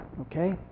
Okay